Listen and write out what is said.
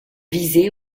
visait